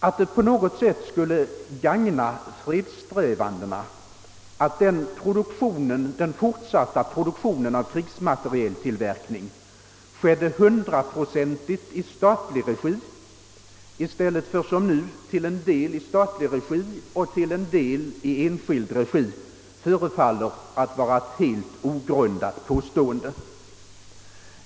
Att det på något sätt skulle gagna fredssträvandena om den fortsatta produktionen av krigsmateriel till hundra procent skedde i statlig regi i stället för som nu till en del i statlig regi och till en del i enskild regi, förefaller vara ett helt ogrundat påstående.